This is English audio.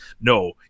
No